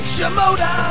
Shimoda